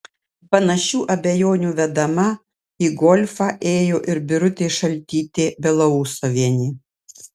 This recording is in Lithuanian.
panašių abejonių vedama į golfą ėjo ir birutė šaltytė belousovienė